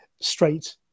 straight